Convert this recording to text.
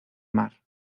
mar